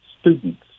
students